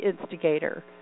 instigator